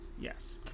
Yes